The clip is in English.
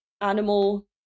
animal